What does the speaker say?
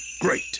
great